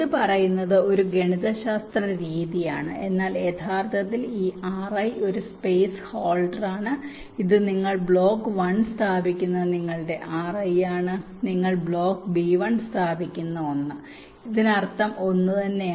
ഇത് പറയുന്നത് ഒരു ഗണിതശാസ്ത്ര രീതിയാണ് എന്നാൽ യഥാർത്ഥത്തിൽ ഈ Ri ഒരു സ്പേസ് ഹോൾഡർ ആണ് ഇത് നിങ്ങൾ ബ്ലോക്ക് 1 സ്ഥാപിക്കുന്ന നിങ്ങളുടെ R1 ആണ് നിങ്ങൾ ബ്ലോക്ക് ബി 1 സ്ഥാപിക്കുന്ന ഒന്ന് ഇതിനർത്ഥം ഒന്നുതന്നെയാണ്